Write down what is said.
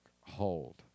hold